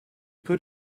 put